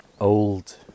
old